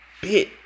bit